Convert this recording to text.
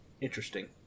interesting